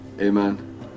Amen